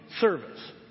service